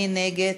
מי נגד?